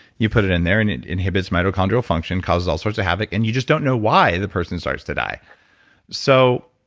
you put it in there and it inhibits mitochondrial function, causes all sorts of havoc. and you just don't know why the person starts to die. so